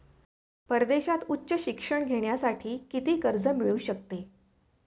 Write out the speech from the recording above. परदेशात उच्च शिक्षण घेण्यासाठी किती कर्ज मिळू शकते?